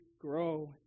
grow